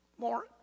more